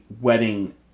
wedding